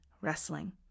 wrestling